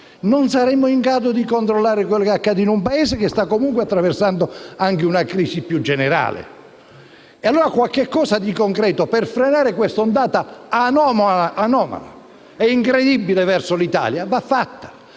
non saremo in grado di controllare quello che accade in un Paese che sta attraversando anche una crisi più generale. E allora qualcosa di concreto per frenare quest'ondata anomala e incredibile verso l'Italia va fatto.